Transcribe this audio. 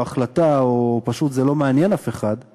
הראשון הוא כמובן סוגיית השיווק.